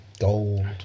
Gold